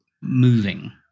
moving